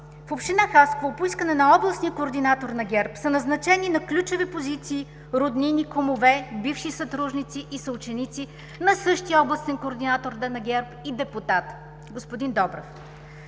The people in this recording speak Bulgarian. в община Хасково, по искане на областния координатор на ГЕРБ са назначени на ключови позиции роднини, кумове, бивши съдружници и съученици на същия областен координатор на ГЕРБ и депутат – господин Добрев.